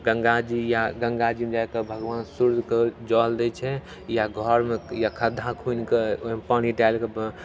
गंगाजी या गंगाजीमे जाकऽ भगवान सूर्यके जल दै छै या घरमे या खद्धा खुनिकऽ ओइमे पानि डालिकऽ